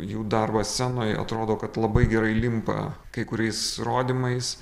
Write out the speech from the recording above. jų darbas scenoj atrodo kad labai gerai limpa kai kuriais rodymais